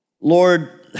Lord